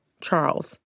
Charles